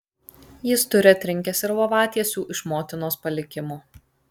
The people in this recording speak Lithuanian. jis turi atrinkęs ir lovatiesių iš motinos palikimo